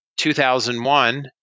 2001